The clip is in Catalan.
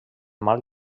mal